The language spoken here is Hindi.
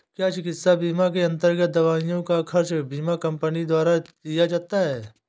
क्या चिकित्सा बीमा के अन्तर्गत दवाइयों का खर्च बीमा कंपनियों द्वारा दिया जाता है?